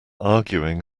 arguing